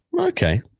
Okay